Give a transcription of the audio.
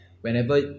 whenever